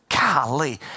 golly